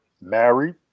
married